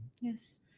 Yes